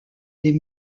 des